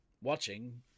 watching